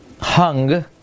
hung